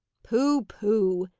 pooh, pooh!